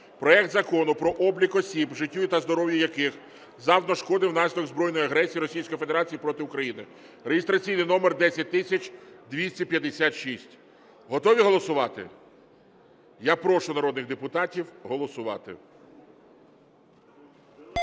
проект Закону про облік осіб, життю та здоров'ю яких завдано шкоди внаслідок збройної агресії Російської Федерації проти України (реєстраційний номер 10256). Готові голосувати? Я прошу народних депутатів голосувати.